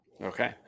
okay